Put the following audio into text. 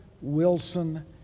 Wilson